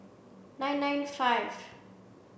nine nine five